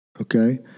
okay